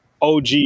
OG